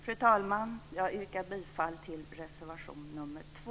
Fru talman! Jag yrkar bifall till reservation nr 2.